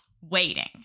waiting